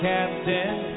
Captain